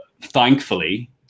thankfully